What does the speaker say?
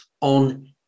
on